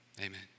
amen